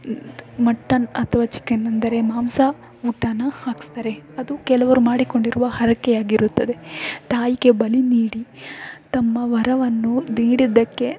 mutton ಅಥವಾ chicken ಅಂದರೆ ಮಾಂಸ ಊಟನ ಹಾಕಿಸ್ತಾರೆ ಅದು ಕೆಲವರು ಮಾಡಿಕೊಂಡಿರುವ ಹರಕೆಯಾಗಿರುತ್ತದೆ ತಾಯಿಗೆ ಬಲಿ ನೀಡಿ ತಮ್ಮ ವರವನ್ನು ನೀಡಿದ್ದಕ್ಕೆ